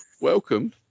welcome